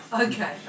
Okay